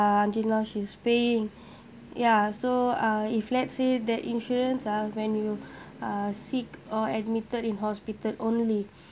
until now she is paying ya so uh if let's say that insurance ah when you are sick or admitted in hospital only